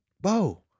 bo